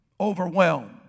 Overwhelmed